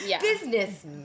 business